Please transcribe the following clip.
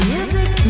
Music